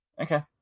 Okay